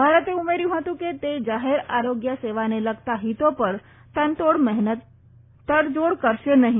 ભારતે ઉમેર્યુ હતું કે તે જાહેર આરોગ્ય સેવાને લગતા હિતો પર તડજોડ કરશે નહી